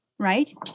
right